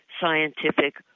scientific